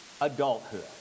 adulthood